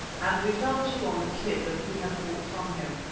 and we fell to on the kid that we had bought from him,